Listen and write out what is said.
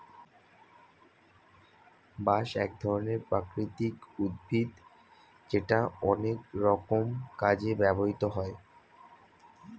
বাঁশ এক ধরনের প্রাকৃতিক উদ্ভিদ যেটা অনেক রকম কাজে ব্যবহৃত হয়